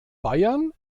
bayern